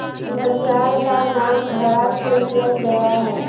घड़ियाल का नाम घड़ा से लिया गया है